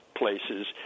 Places